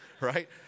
right